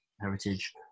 heritage